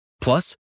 Plus